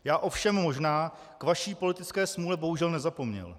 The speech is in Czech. Já ovšem možná k vaší politické smůle bohužel nezapomněl.